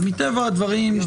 מטבע הדברים,